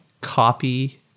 copy